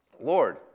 Lord